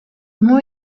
more